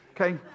Okay